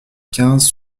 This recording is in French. quinze